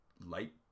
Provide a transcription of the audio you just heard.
light